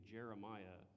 Jeremiah